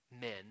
men